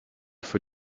für